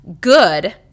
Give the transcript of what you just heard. good